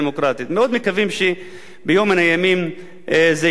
מאוד מקווים שביום מהימים זה יתוקן.